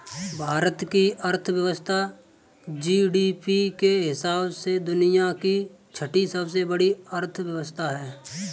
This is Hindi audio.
भारत की अर्थव्यवस्था जी.डी.पी के हिसाब से दुनिया की छठी सबसे बड़ी अर्थव्यवस्था है